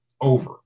over